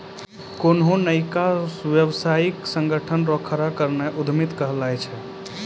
कोन्हो नयका व्यवसायिक संगठन रो खड़ो करनाय उद्यमिता कहलाय छै